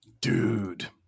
Dude